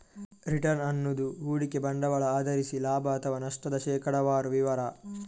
return ಅನ್ನುದು ಹೂಡಿಕೆ ಬಂಡವಾಳ ಆಧರಿಸಿ ಲಾಭ ಅಥವಾ ನಷ್ಟದ ಶೇಕಡಾವಾರು ವಿವರ